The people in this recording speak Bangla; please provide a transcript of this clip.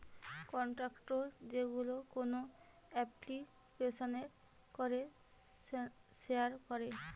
কন্টাক্ট যেইগুলো কোন এপ্লিকেশানে করে শেয়ার করে